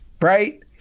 Right